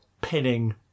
pinning